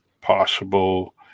possible